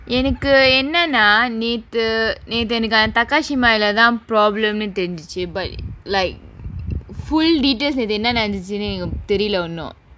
என்னன்னா நேத்து நேத்து எனக்கு:ennannaa nethu nethu enakku takashimaya lah தான்:thaan problem னு தெரிஞ்சிச்சு:nu therinjichchu but like full details நேத்து என்ன நடந்துச்சினு எங்க தெரியல ஒன்னும்:nethu enna nadanthuchchinu enga theriyala onnum